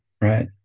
right